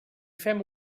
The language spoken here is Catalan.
fem